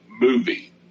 movie